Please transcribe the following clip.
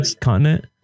continent